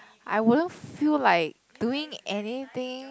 I wouldn't feel like doing anything